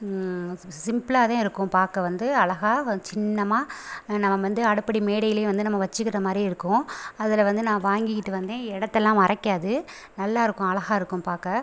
ஸ் சிம்ப்புலாக தான் இருக்கும் பார்க்க வந்து அழஹா வந்ச் சின்னமாக நம்ம மந்து அடுப்படி மேடையிலே வந்து நம்ம வெச்சுக்குற மாதிரி இருக்கும் அதில் வந்து நான் வாங்கிகிட்டு வந்தேன் எடுத்தல்லா மறைக்காது நல்லாயிருக்கும் அழஹாருக்கும் பார்க்க